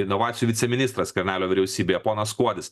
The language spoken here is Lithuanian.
inovacijų viceministras skvernelio vyriausybėje ponas kuodis